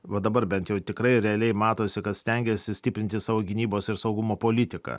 va dabar bent jau tikrai realiai matosi kad stengiasi stiprinti savo gynybos ir saugumo politiką